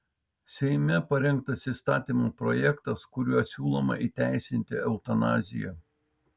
seime parengtas įstatymo projektas kuriuo siūloma įteisinti eutanaziją